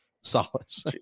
solace